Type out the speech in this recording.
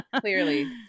clearly